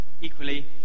Equally